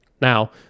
Now